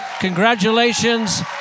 congratulations